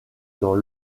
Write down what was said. dans